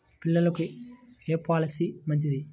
పిల్లలకు ఏ పొలసీ మంచిది?